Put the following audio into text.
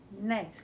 Nice